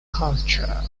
culture